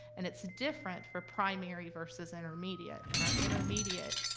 and it's different for primary versus intermediate, and our intermediate,